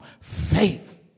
faith